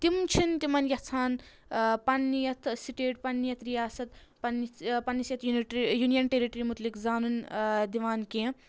تِم چھِنہٕ تِمَن یَژھان پَننہِ یَتھ سٕٹَیٹ پَننہِ یَتھ رِیاسَت پَنٛنِس پَنٛنِس یَتھ یوٗنِٹ یوٗنیَن ٹَیرِیٹری مُتٕلِق زانُن دِوان کینٛہہ